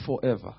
forever